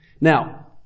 Now